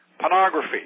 Pornography